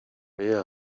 agaciro